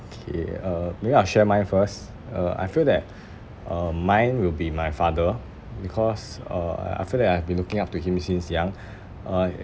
K uh maybe I share mine first uh I feel that uh mine will be my father because uh I feel that I have been looking up to him since young uh